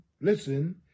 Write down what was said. listen